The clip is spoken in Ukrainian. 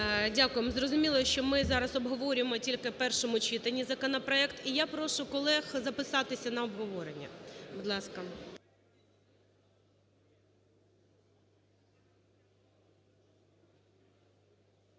Дякую. Зрозуміло, що ми зараз обговорюємо тільки в першому читанні законопроект. І я прошу колег записатися на обговорення, будь ласка.